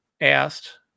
asked